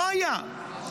לא היה.